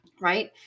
right